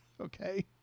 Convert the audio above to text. Okay